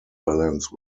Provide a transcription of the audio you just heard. balance